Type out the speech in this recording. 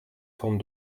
formes